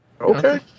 Okay